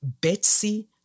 Betsy